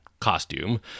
costume